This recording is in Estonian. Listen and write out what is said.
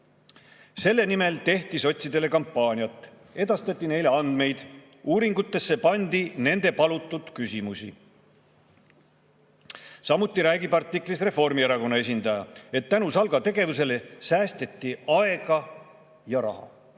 Selle nimel tehti sotsidele kampaaniat. Edastati neile andmeid. Uuringutesse pandi nende palutud küsimusi." Samuti räägib artiklis Reformierakonna esindaja, et tänu SALK-i tegevusele säästeti aega ja raha.